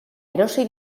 erosi